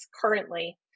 currently